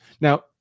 Now